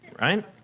right